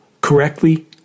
correctly